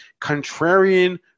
contrarian